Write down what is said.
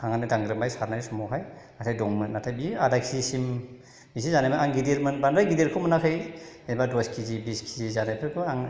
थांनानै दांग्रोमबाय सारनाय समावहाय नाथाय दंमोन नाथाय बियो आदा केजिसिम बिदि जानायमोन आं गिदिर बांद्राय गिदिरखौ मोनाखै एबा दस केजि बिस केजि जानायफोरखौ आं